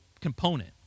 component